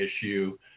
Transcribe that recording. issue